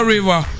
River